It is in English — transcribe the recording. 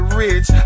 rich